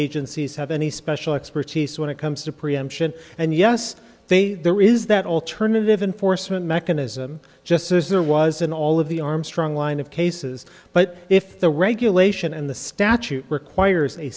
agencies have any special expertise when it comes to preemption and yes they there is that alternative enforcement mechanism just as there was in all of the armstrong line of cases but if the regulation and the statute requires a